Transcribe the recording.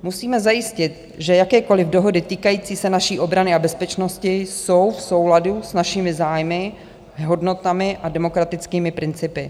Musíme zajistit, že jakékoliv dohody týkající se naší obrany a bezpečnosti jsou v souladu s našimi zájmy, hodnotami a demokratickými principy.